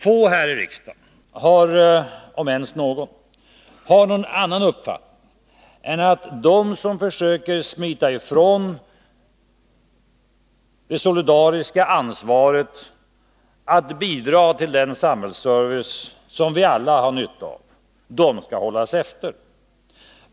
Få här i riksdagen, om ens någon, har någon annan uppfattning än att de som försöker smita ifrån det solidariska ansvaret att bidra till den samhällsservice som vi alla har nytta av skall hållas efter.